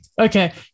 okay